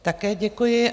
Také děkuji.